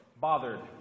bothered